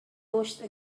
pushed